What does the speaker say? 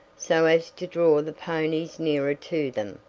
so as to draw the ponies nearer to them,